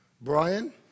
Brian